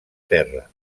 terra